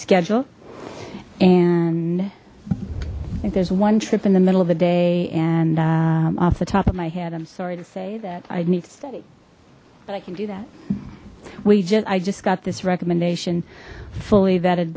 schedule and if there's one trip in the middle of the day off the top of my head i'm sorry to say that i need to study but i can do that we just i just got this recommendation fully